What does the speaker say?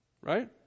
Right